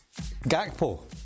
Gakpo